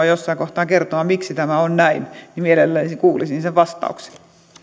jossain kohtaa kertomaan miksi tämä on näin niin mielelläni kuulisin sen vastauksen